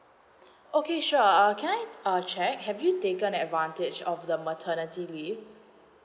okay sure uh can I uh check have you taken advantage of the maternity leave